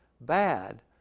bad